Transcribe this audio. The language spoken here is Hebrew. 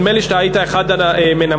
נדמה לי שהיית אחד המנמקים,